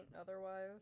otherwise